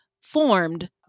formed